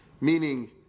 Meaning